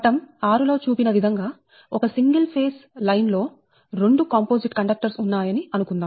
పటం 6 లో చూపిన విధం గా ఒక సింగిల్ ఫేస్ లైన్ లో 2 కాంపోజిట్ కండక్టర్స్ ఉన్నాయని అనుకుందాం